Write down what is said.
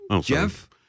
Jeff